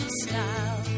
style